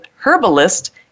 Herbalist